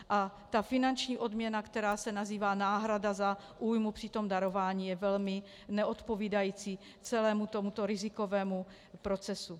A finanční odměna, která se nazývá náhrada za újmu při darování, je velmi neodpovídající celému tomuto rizikovému procesu.